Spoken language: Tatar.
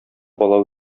бала